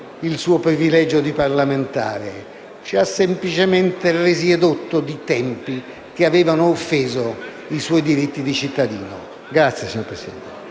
il suo privilegio di parlamentare, ma ci ha semplicemente resi edotti di tempi che avevano offeso i suoi diritti di cittadino. *(Applausi del